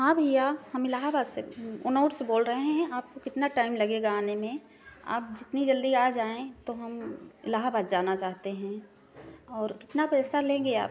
हाँ भैया हम इलाहाबाद से उन्नाव से बोल रहे हैं आपको कितना टाइम लगेगा आने में आप जितनी जल्दी आ जाएँ तो हम इलाहाबाद जाना चाहते हैं और कितना पैसा लेंगे आप